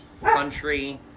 country